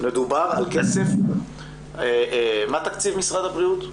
מה תקציב משרד הבריאות?